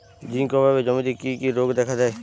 Zinc অভাবে জমিতে কি কি রোগ দেখাদেয়?